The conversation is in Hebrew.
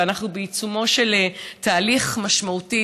ואנחנו בעיצומו של תהליך משמעותי,